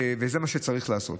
וזה מה שצריך לעשות.